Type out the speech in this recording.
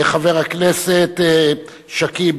חבר הכנסת שכיב